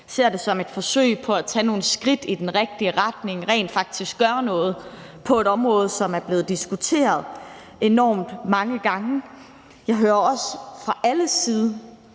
ser det som et forsøg på at tage nogle skridt i den rigtige retning og rent faktisk gøre noget på et område, som er blevet diskuteret enormt mange gange. Jeg hører også fra alles side